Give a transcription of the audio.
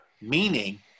meaning